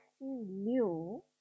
new